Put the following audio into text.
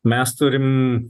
mes turim